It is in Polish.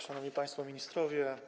Szanowni Państwo Ministrowie!